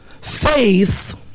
faith